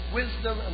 wisdom